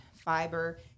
fiber